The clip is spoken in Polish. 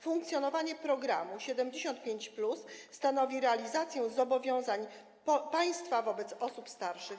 Funkcjonowanie programu 75+ stanowi realizację zobowiązań państwa wobec osób starszych.